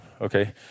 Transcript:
Okay